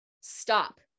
stop